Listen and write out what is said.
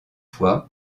fois